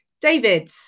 David